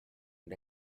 und